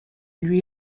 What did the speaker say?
lui